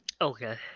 okay